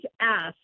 ask